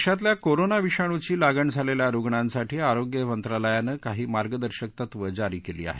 देशातल्या कोरोना विषाणूची लागण झालेल्या रुग्णांसाठी आरोग्य मंत्रालयानं काही मार्गदर्शक तत्वं जारी केली आहेत